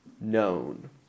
known